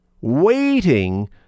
waiting